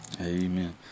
Amen